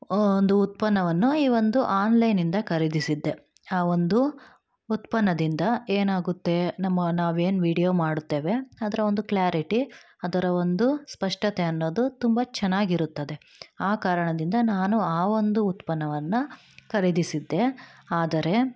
ಒಂದು ಉತ್ಪನ್ನವನ್ನು ಈ ಒಂದು ಆನ್ಲೈನಿಂದ ಖರೀದಿಸಿದ್ದೆ ಆ ಒಂದು ಉತ್ಪನ್ನದಿಂದ ಏನಾಗುತ್ತೆ ನಮ್ಮ ನಾವೇನು ವಿಡಿಯೋ ಮಾಡುತ್ತೇವೆ ಅದರ ಒಂದು ಕ್ಲಾರಿಟಿ ಅದರ ಒಂದು ಸ್ಪಷ್ಟತೆ ಅನ್ನೋದು ತುಂಬ ಚೆನ್ನಾಗಿರುತ್ತದೆ ಆ ಕಾರಣದಿಂದ ನಾನು ಆ ಒಂದು ಉತ್ಪನ್ನವನ್ನು ಖರೀದಿಸಿದ್ದೆ ಆದರೆ